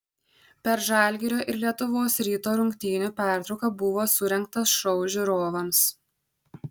per žalgirio ir lietuvos ryto rungtynių pertrauką buvo surengtas šou žiūrovams